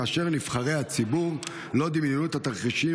כאשר נבחרי הציבור לא דמיינו את התרחישים